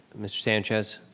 mr. sanchez